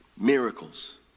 Miracles